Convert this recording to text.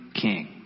king